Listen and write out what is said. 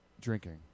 drinking